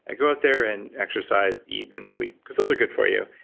ah go out there and exercise, eat, and sleep, because those are good for you,